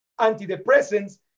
antidepressants